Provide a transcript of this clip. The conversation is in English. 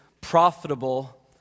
profitable